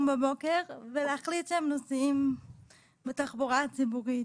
בבוקר ולהחליט שהם נוסעים בתחבורה הציבורית.